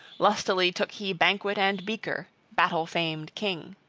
lustily took he banquet and beaker, battle-famed king.